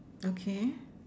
okay